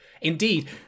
indeed